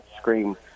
scream